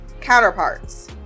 counterparts